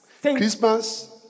Christmas